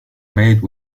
made